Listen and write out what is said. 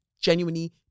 genuinely